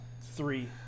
three